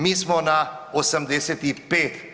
Mi smo na 85%